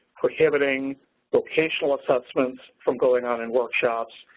prohibiting vocational assessments from going on in workshops,